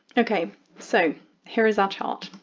okay so here is our chart,